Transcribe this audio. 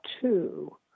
two